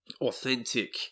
authentic